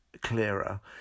clearer